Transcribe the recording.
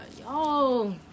y'all